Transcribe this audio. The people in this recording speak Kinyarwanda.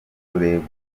kurebwa